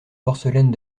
porcelaine